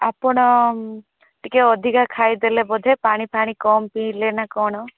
ଆପଣ ଟିକେ ଅଧିକା ଖାଇଦେଲେ ବୋଧେ ପାଣି ଫାଣି କମ୍ ପିଇଲେ ନା କ'ଣ